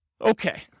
Okay